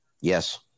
Yes